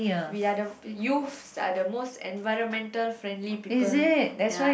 we are the youth are the most environmental friendly people ya